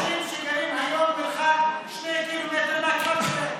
יש אנשים שגרים היום במרחק 2 קילומטר מהכפר שלהם.